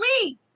Please